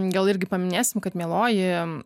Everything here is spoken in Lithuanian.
gal irgi paminėsiu kad mieloji